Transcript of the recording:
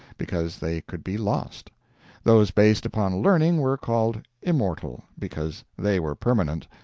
because they could be lost those based upon learning were called immortal, because they were permanent,